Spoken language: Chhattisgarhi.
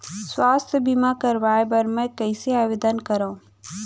स्वास्थ्य बीमा करवाय बर मैं कइसे आवेदन करव?